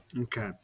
Okay